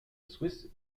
swiss